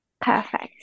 perfect